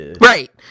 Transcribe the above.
Right